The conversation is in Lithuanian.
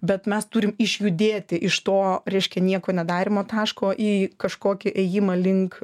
bet mes turim išjudėti iš to reiškia nieko nedarymo taško į kažkokį ėjimą link